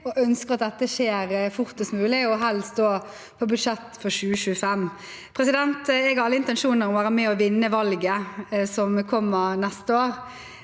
og ønsker at dette skjer fortest mulig, helst på budsjettet for 2025. Jeg har alle intensjoner om å være med og vinne valget som kommer neste år.